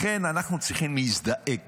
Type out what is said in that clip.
לכן, אנחנו צריכים להזדעק,